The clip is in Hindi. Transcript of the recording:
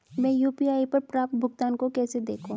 मैं यू.पी.आई पर प्राप्त भुगतान को कैसे देखूं?